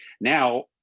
now